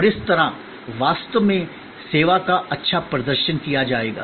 और इस तरह वास्तव में सेवाका अच्छा प्रदर्शन किया जाएगा